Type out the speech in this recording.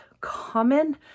common